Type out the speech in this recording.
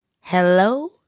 hello